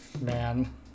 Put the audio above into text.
Man